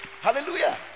Hallelujah